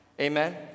Amen